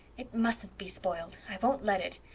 it mustn't be spoiled i won't let it.